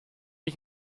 ich